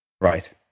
right